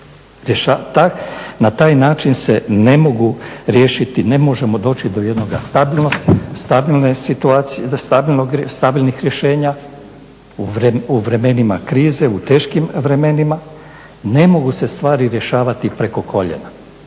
Na taj način se ne mogu riješiti, ne možemo doći do jednog stabilnih rješenja u vremenima krize, u teškim vremenima, ne mogu se stvari rješavati preko koljena